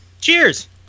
cheers